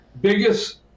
Biggest